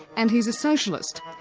and he's a socialist.